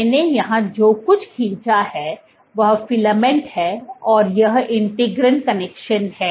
मैंने यहां जो कुछ खींचा है वह फिलामेंट है और यह इंटीग्रिन कनेक्शन है